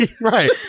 right